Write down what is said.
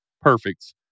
Perfect